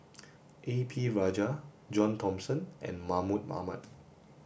a P Rajah John Thomson and Mahmud Ahmad